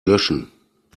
löschen